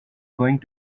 going